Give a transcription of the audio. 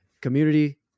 Community